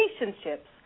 relationships